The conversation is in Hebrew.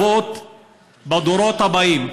והמאוחר הזה יפגע רבות בדורות הבאים.